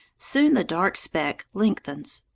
soon the dark speck lengthens.